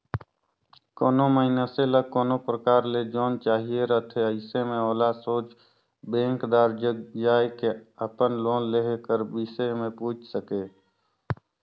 कोनो मइनसे ल कोनो परकार ले लोन चाहिए रहथे अइसे में ओला सोझ बेंकदार जग जाए के अपन लोन लेहे कर बिसे में पूइछ सके